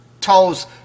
toes